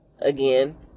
again